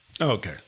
okay